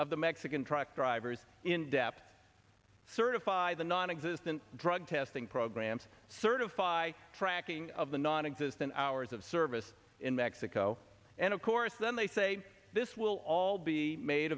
of the mexican truck drivers in depth certify the nonexistent drug testing programs certify tracking of the nonexistent hours of service in mexico and of course then they say this will all be made